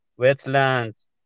wetlands